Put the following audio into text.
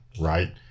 right